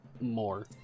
more